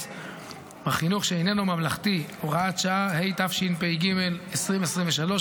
בחינוך שאינו ממלכתי (הוראת שעה) התשפ"ג 2023,